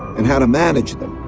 and how to manage them.